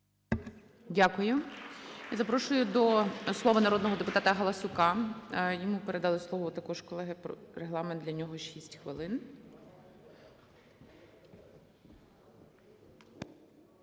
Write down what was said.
Дякую. І запрошую до слова народного депутата Галасюка, йому передали слово також колеги. Регламент для нього – 6 хвилин.